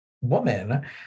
woman